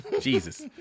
Jesus